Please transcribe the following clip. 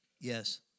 Yes